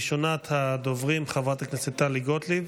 ראשונת הדוברים, חברת הכנסת טלי גוטליב.